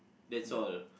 that's all